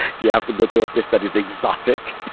you have to go to a place that is exotic.